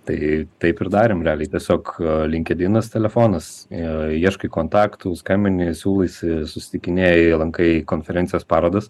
tai taip ir darėm realiai tiesiog linkedinas telefonas ir ieškai kontaktų skambini siūlaisi susitikinėji lankai konferencijas parodas